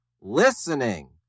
listening